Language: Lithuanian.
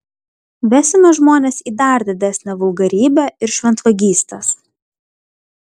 vesime žmones į dar didesnę vulgarybę ir šventvagystes